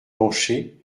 penché